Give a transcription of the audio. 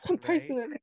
personally